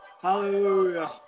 Hallelujah